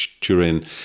Turin